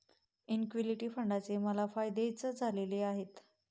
equity फंडाचे मला फायदेच झालेले आहेत